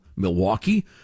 Milwaukee